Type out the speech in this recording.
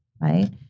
right